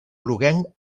groguenc